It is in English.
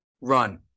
Run